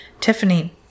Tiffany